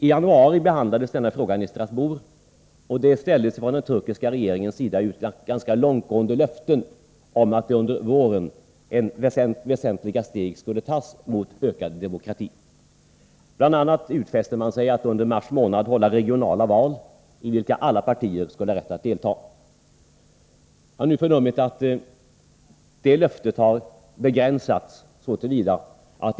I januari behandlades denna fråga i Strasbourg, och det ställdes från den turkiska regeringens sida ganska långtgående löften om att under våren väsentliga steg skulle tas mot ökad demokrati. Bl. a. utfäste man sig att under mars månad hålla regionala val, i vilka alla partier skulle ha rätt att delta. Jag har nu förnummit att det löftet har begränsats.